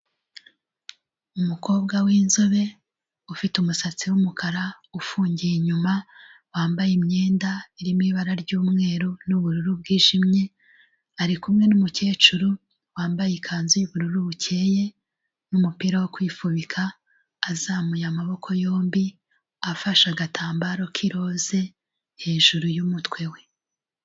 Umukobwa w'inzobe ufite umusatsi wumukara ufungiye inyuma wambaye imyenda irimo ibara ryumweru n'ubururu bwijimye arikumwe n'umukecuru wambaye ikanzu yubururu bukeye numupira wo kwifubika azamuye amaboko yombi afashe agatambaro k'iroze hejuru y'umutwe we.